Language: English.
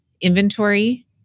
inventory